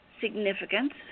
significance